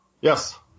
Yes